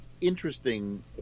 interesting